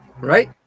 right